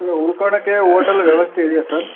ಉಳ್ಕೊಳಕ್ಕೆ hotel ವ್ಯವಸ್ಥೆ ಇದೆಯಾ sir